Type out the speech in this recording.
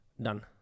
Done